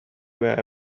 where